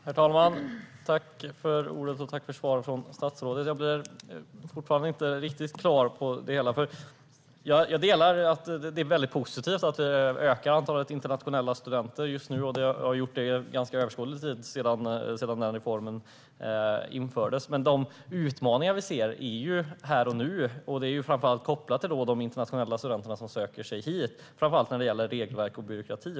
Herr talman! Jag tackar statsrådet för svaret. Jag blir dock inte helt klok på det. Jag delar att det är positivt att antalet internationella studenter ökar sedan en tid tillbaka. Men de utmaningar vi ser är här och nu, och de är framför allt kopplade till regelverk och byråkrati för de internationella studenter som söker sig hit.